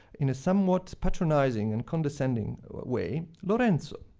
in a somewhat patronizing and condescending way, lorenzo,